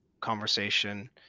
conversation